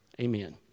Amen